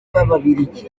b’ababiligi